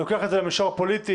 לוקח את זה למישור הפוליטי,